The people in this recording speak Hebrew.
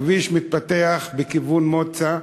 הכביש מתפתח בכיוון מוצא,